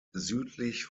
südlich